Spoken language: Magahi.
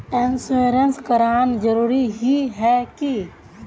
इंश्योरेंस कराना जरूरी ही है की?